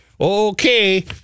Okay